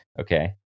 okay